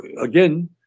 Again